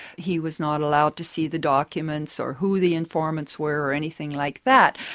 he was not allowed to see the documents, or who the informants were, or anything like that.